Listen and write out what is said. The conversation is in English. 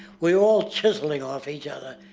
we're all chiseling off each other,